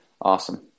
Awesome